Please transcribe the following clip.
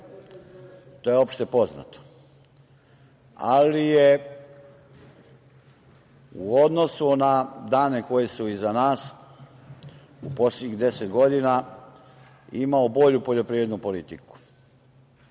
to je opšte poznato, ali je u odnosu na dane koji su iza nas, u poslednjih 10 godina, imao bolju poljoprivrednu politiku.